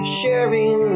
sharing